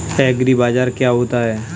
एग्रीबाजार क्या होता है?